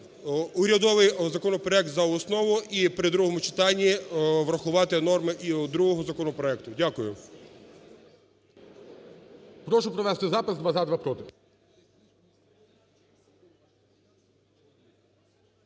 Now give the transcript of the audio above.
урядовий законопроект – за основу і при другому читанні врахувати норми другого законопроекту. Дякую. ГОЛОВУЮЧИЙ. Прошу провести запис: два – за, два – проти.